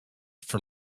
for